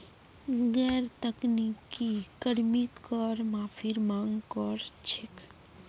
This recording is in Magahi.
गैर तकनीकी कर्मी कर माफीर मांग कर छेक